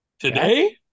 Today